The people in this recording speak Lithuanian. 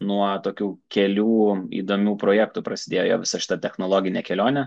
nuo tokių kelių įdomių projektų prasidėjo jo visa šita technologinė kelionė